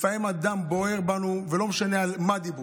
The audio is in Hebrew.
לפעמים הדם בוער בנו ולא משנה על מה דיברו,